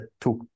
took